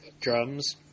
Drums